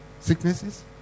sicknesses